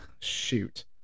Shoot